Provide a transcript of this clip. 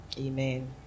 Amen